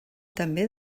també